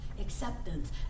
acceptance